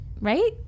Right